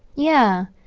yeah.